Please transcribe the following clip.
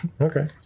Okay